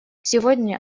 сегодня